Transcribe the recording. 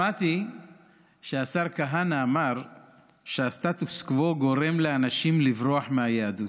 שמעתי שהשר כהנא אמר שהסטטוס קוו גורם לאנשים לברוח מהיהדות.